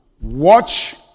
watch